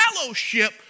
fellowship